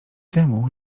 temu